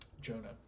Jonah